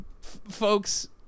folks